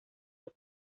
los